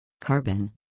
carbon